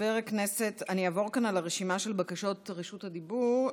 אני אעבור כאן על הרשימה של בקשות רשות הדיבור.